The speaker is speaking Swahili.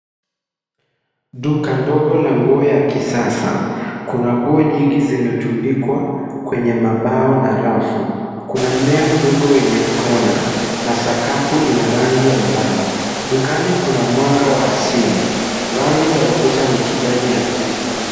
Duka ndogo la nguo la kisasa. Kuna nguo nyingi zimetundikwa kwenye mabao na rafu. Kuna mmea ndogo kwenye kona na sakafu ina rangi ya mbao. Dukani kuna mwanga wa asili. Rangi za kuta ni kijani hafifu.